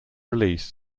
release